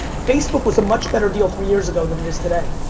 facebook was a much better deal three years ago than it is today.